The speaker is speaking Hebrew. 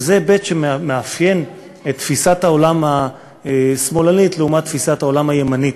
וזה היבט שמאפיין את תפיסת העולם השמאלנית לעומת תפיסת העולם הימנית,